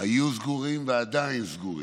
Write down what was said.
היו סגורים ועדיין סגורים,